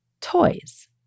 toys